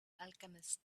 alchemists